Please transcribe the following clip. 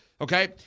okay